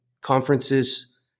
conferences